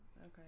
Okay